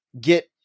get